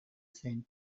zen